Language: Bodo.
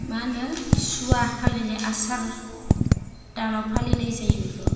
मा होनो सुवा फालिनाय आसार दानाव फालिनाय जायो बेखौ